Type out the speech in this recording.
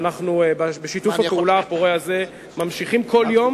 אנחנו בשיתוף הפעולה הפורה הזה ממשיכים כל יום,